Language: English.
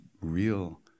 real